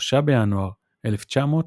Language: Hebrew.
ב-3 בינואר 1977.